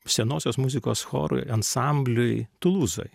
senosios muzikos chorui ansambliui tulūzoj